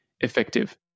effective